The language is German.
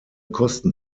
kosten